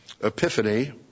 epiphany